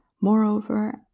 Moreover